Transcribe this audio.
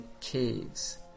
caves